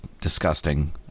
disgusting